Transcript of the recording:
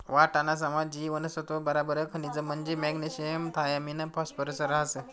वाटाणासमा जीवनसत्त्व बराबर खनिज म्हंजी मॅग्नेशियम थायामिन फॉस्फरस रहास